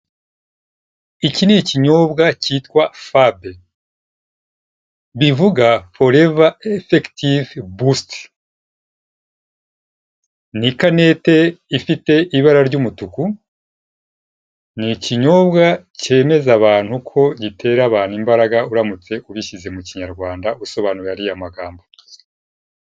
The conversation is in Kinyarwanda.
Iki ni ikinyobwa kitwa "FAB" bivuga Forever Active Boost. Ni ikanete ifite ibara ry'umutuku, ni ikinyobwa cyemeza abantu ko gitera abantu imbaraga uramutse ubishyize mu Kinyarwanda usobanura ariya magambo.